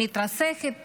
מתרסקת